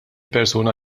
persuna